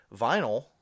vinyl